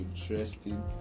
interesting